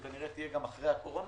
וכנראה תהיה גם אחרי הקורונה,